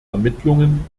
ermittlungen